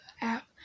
app